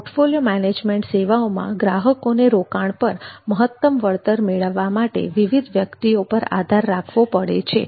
portfolio management સેવાઓમાં ગ્રાહકોને રોકાણ પર મહત્તમ વળતર મેળવવા માટે વિવિધ વ્યક્તિઓ પર આધાર રાખવો પડે છે